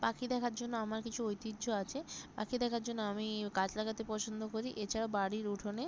পাখি দেখার জন্য আমার কিছু ঐতিহ্য আছে পাখি দেখার জন্য আমি গাছ লাগাতে পছন্দ করি এছাড়াও বাড়ির উঠোনে